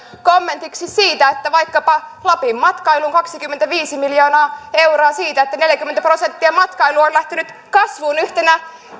kommentiksi että vaikkapa lapin matkailuun kaksikymmentäviisi miljoonaa euroa siitä että neljäkymmentä prosenttia matkailu on lähtenyt kasvuun yhtenä